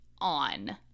on